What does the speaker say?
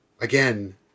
again